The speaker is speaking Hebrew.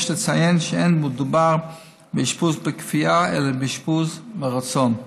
יש לציין שלא מדובר באשפוז בכפייה אלא באשפוז מרצון.